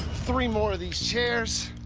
three more of these chairs.